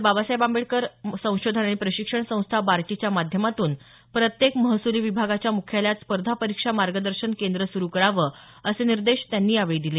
बाबासाहेब आंबेडकर संशोधन आणि प्रशिक्षण संस्था बार्टीच्या माध्यमातून प्रत्येक महसुली विभागाच्या मुख्यालयात स्पर्धा परीक्षा मार्गदर्शन केंद्र सुरू करावं असे निर्देश त्यांनी यावेळी दिले